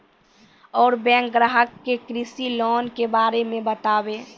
और बैंक ग्राहक के कृषि लोन के बारे मे बातेबे?